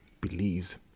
believes